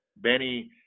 Benny